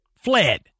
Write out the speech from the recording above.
fled